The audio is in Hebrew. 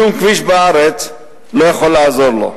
שום כביש בארץ לא יכול לעזור לו.